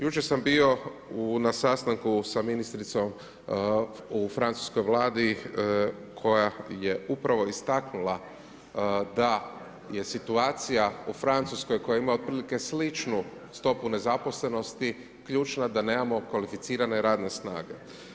Jučer sam bio na sastanku sa ministricom u francuskoj Vladi koja je upravo istaknula da je situacija i Francuskoj, koja ima otprilike sličnu stopu nezaposlenosti, ključna da nemamo kvalificirane radne snage.